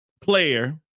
player